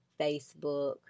Facebook